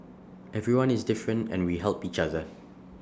everyone is different and we help each other